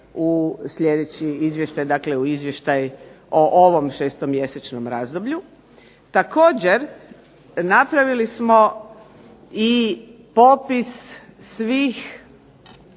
u sljedeći izvještaj. Dakle, u izvještaj o ovom 6-mjesečnom razdoblju. Također, napravili smo i popis svih